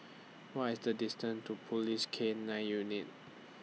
What IS The distance to Police K nine Unit